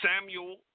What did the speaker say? Samuel